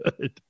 good